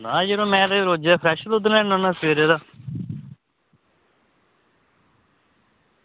ना यरो में ते रोजा दा फ्रैश दुद्ध लैन्ना होन्ना सवेरे दा